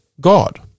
God